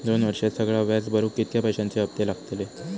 दोन वर्षात सगळा व्याज भरुक कितक्या पैश्यांचे हप्ते लागतले?